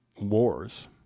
wars